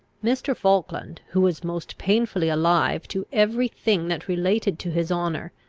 mr. falkland, who was most painfully alive to every thing that related to his honour,